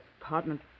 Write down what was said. apartment